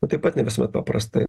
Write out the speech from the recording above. nu taip pat ne visuomet paprasta